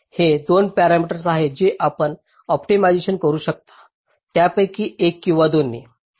हे 2 पॅरामीटर्स आहेत जे आपण ऑप्टिमाइझ करू शकता त्यापैकी एक किंवा दोन्ही